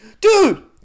Dude